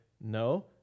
no